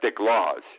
laws